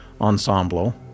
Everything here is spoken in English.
ensemble